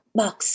box